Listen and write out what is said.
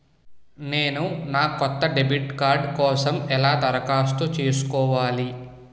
నేను నా కొత్త డెబిట్ కార్డ్ కోసం ఎలా దరఖాస్తు చేసుకోవాలి?